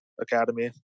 Academy